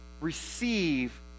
receive